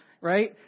right